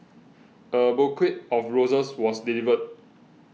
a bouquet of roses was delivered